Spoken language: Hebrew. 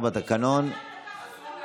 השר דיכטר יתרגם.